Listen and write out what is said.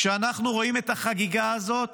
כשאנחנו רואים את החגיגה הזאת,